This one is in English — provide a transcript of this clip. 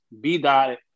B-Dot